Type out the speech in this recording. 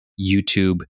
YouTube